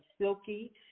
Silky